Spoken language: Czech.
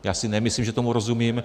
Já si nemyslím, že tomu rozumím.